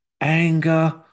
anger